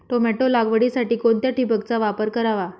Tomato लागवडीसाठी कोणत्या ठिबकचा वापर करावा?